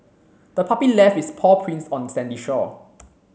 the puppy left its paw prints on the sandy shore